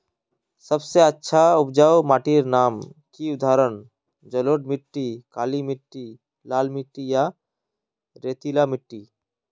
सबसे अच्छा उपजाऊ माटिर नाम की उदाहरण जलोढ़ मिट्टी, काली मिटटी, लाल मिटटी या रेतीला मिट्टी?